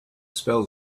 spell